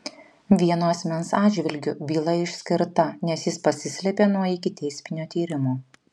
vieno asmens atžvilgiu byla išskirta nes jis pasislėpė nuo ikiteisminio tyrimo